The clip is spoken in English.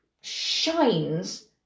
shines